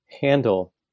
handle